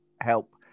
help